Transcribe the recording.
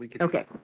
Okay